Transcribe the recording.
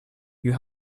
you